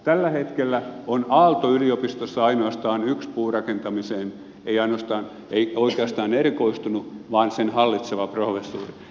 tällä hetkellä on aalto yliopistossa ainoastaan yksi puurakentamiseen ei oikeastaan erikoistunut vaan sen hallitseva professori